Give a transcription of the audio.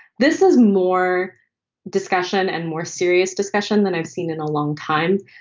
this is more discussion and more serious discussion than i've seen in a long time.